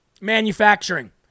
manufacturing